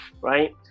right